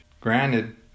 Granted